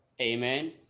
Amen